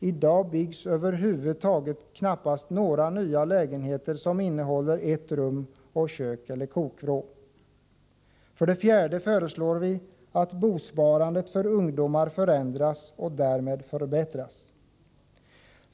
I dag byggs över huvud taget knappast några nya lägenheter om ett rum och kök eller kokvrå. För det fjärde föreslår vi att bosparandet för ungdomar förändras och därmed förbättras.